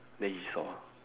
then he saw